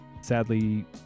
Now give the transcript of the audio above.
sadly